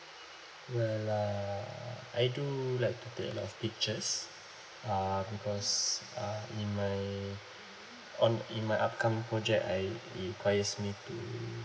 well uh I do like to take a lot of pictures uh because uh in my on in my upcoming project I it requires me to